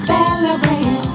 Celebrate